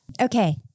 Okay